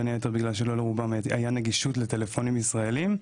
בין היתר בגלל שלרובם לא הייתה נגישות לטלפונים ישראליים.